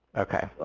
okay.